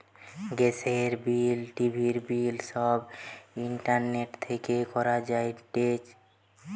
গ্যাসের বিল, টিভির বিল সব ইন্টারনেট থেকে করা যায়টে